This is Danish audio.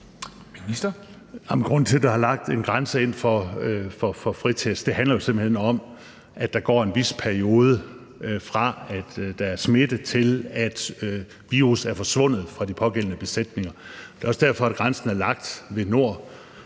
Jensen): Når der er lagt en grænse ind for fritest, handler det simpelt hen om, at der går en vis periode, fra at der er smitte, til at virus er forsvundet fra de pågældende besætninger. Det er også derfor, at grænsen er lagt nord